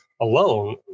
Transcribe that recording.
alone